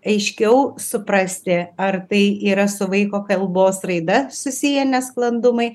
aiškiau suprasti ar tai yra su vaiko kalbos raida susiję nesklandumai